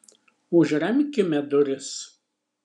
užremkime duris